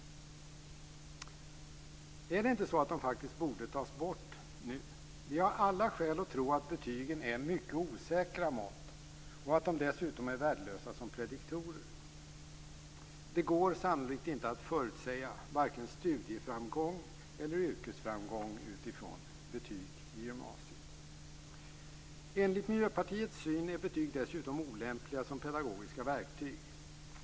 Borde de inte tas bort nu? Vi har alla skäl att tro att betygen är mycket osäkra mått och att de dessutom är värdelösa som prediktorer. Det går sannolikt inte att förutsäga vare sig studieframgång eller yrkesframgång utifrån betyg i gymnasiet. Enligt Miljöpartiets syn är betyg dessutom olämpliga som pedagogiska verktyg.